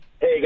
Hey